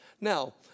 Now